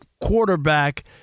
quarterback